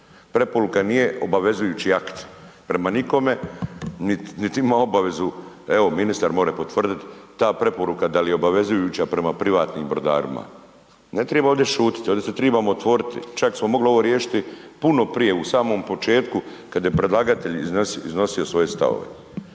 preporuka nije obavezujući akt prema nikome, niti ima obavezu, evo ministar more potvrdit, ta preporuka dal je obavezujuća prema privatnim brodarima, ne triba ovdje šutit, ovdje se tribamo otvoriti, čak smo mogli ovo riješiti puno prije u samom početku kad je predlagatelj iznosio svoje stavove.